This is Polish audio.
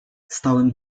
stałem